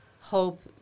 hope